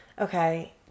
okay